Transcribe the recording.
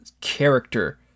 character